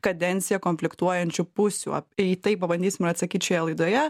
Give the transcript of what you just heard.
kadenciją konfliktuojančių pusių ap į tai pabandysime atsakyt šioje laidoje